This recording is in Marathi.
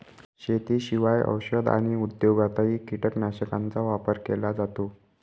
शेतीशिवाय औषध आणि उद्योगातही कीटकनाशकांचा वापर केला जातो